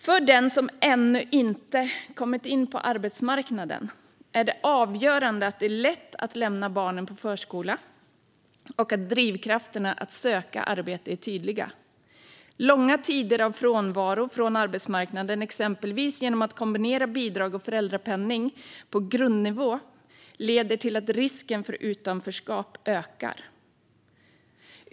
För den som ännu inte har kommit in på arbetsmarknaden är det avgörande att det är lätt att lämna barnen på förskola och att drivkrafterna att söka arbete är tydliga. Långa tider av frånvaro från arbetsmarknaden, exempelvis genom att kombinera bidrag och föräldrapenning på grundnivå, leder till att risken för utanförskap ökar.